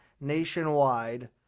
nationwide